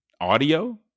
audio